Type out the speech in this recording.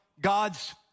God's